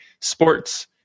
sports